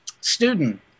student